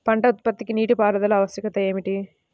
పంట ఉత్పత్తికి నీటిపారుదల ఆవశ్యకత ఏమిటీ?